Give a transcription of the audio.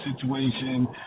situation